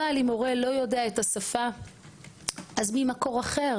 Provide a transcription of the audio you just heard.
אבל אם הורה לא יודע את השפה אז ממקור אחר